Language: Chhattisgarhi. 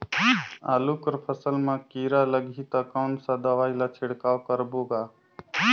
आलू कर फसल मा कीरा लगही ता कौन सा दवाई ला छिड़काव करबो गा?